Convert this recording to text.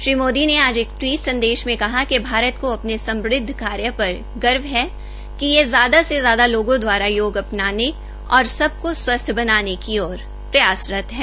श्री मोदी ने आज एक ट्वीट संदेश में कहा कि भारत को अपने स्मृद्ध कार्य पर गर्व है कि यह ज्यादा से ज्यादा लोगों द्वारा योग अपनाने और सबको स्वस्थ बनाने की ओर प्रयासरत है